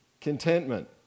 contentment